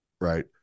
Right